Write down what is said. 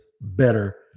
better